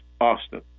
Austin